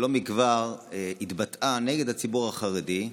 שלא מכבר התבטאה נגד הציבור החרדי,